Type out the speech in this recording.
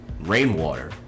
rainwater